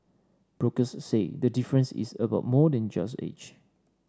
brokers say the difference is about more than just age